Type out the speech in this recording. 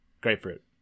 Grapefruit